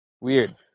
Weird